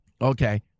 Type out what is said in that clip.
Okay